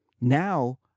Now